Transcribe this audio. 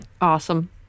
awesome